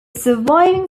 surviving